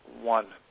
one